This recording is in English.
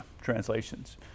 translations